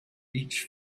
each